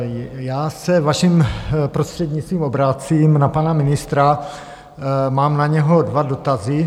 Já se vaším prostřednictvím obracím na pana ministra, mám na něho dva dotazy.